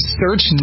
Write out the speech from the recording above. search